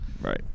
Right